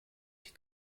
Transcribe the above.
die